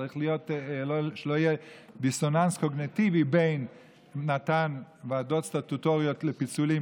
צריך שלא יהיה דיסוננס קוגניטיבי בין מתן ועדות סטטוטוריות לפיצולים,